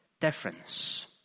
difference